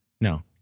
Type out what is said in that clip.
No